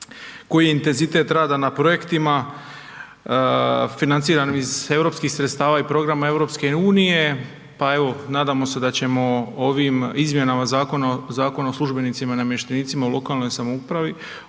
koji je intenzitet rada na projektima financirano iz europskih sredstava i programa EU. Pa evo nadamo se da ćemo ovim izmjenama Zakona o službenicima i namještenicima u lokalnoj samoupravi